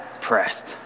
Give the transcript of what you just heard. pressed